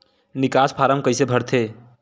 निकास फारम कइसे भरथे?